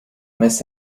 miss